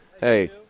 Hey